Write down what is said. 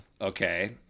okay